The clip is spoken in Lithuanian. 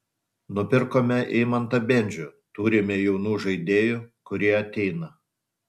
nupirkome eimantą bendžių turime jaunų žaidėjų kurie ateina